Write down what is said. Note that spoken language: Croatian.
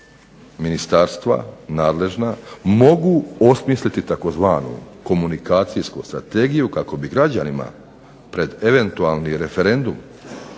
ministarstva nadležna mogu osmisliti tzv. komunikacijsku strategiju kako bi građanima pred eventualni referendum